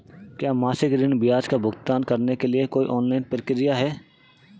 क्या मासिक ऋण ब्याज का भुगतान करने के लिए कोई ऑनलाइन प्रक्रिया है?